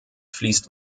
fließt